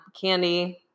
candy